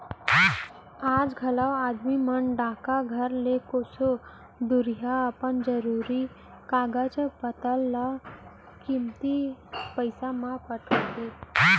आज घलौ आदमी मन डाकघर ले कोसों दुरिहा अपन जरूरी कागज पातर ल कमती पइसा म पठोथें